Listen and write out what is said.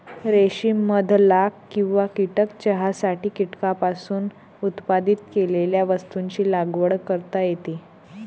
रेशीम मध लाख किंवा कीटक चहासाठी कीटकांपासून उत्पादित केलेल्या वस्तूंची लागवड करता येते